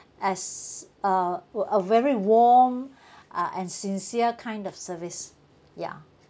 as uh w~ a very warm uh and sincere kind of service ya